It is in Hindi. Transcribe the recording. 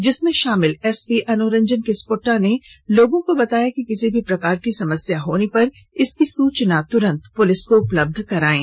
जिसमें शामिल एसपी अनुरंजन किस्पोट्टा ने लोगों को बताया कि किसी भी प्रकार की समस्या होने पर इसकी सूचना तुरंत पुलिस को उपलब्ध करा दें